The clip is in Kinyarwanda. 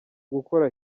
gukora